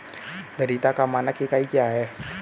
धारिता का मानक इकाई क्या है?